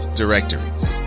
directories